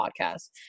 podcast